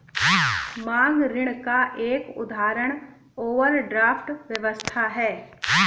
मांग ऋण का एक उदाहरण ओवरड्राफ्ट व्यवस्था है